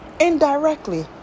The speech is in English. indirectly